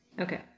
Okay